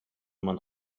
man